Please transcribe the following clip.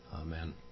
Amen